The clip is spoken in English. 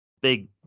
big